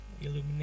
illuminate